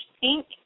pink